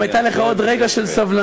אם היה לך עוד רגע של סבלנות,